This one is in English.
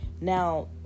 Now